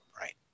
right